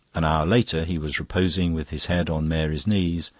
an hour later he was reposing with his head on mary's knees,